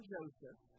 Joseph